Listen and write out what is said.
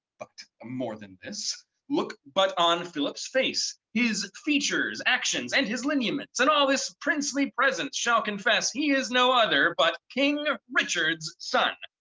but more than this look but on philip's face, his features, actions, and his lineaments, and all this princely presence shall confess he is no other but king richard's son.